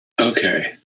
Okay